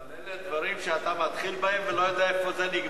אבל אלה דברים שאתה מתחיל בהם ולא יודע איפה זה נגמר.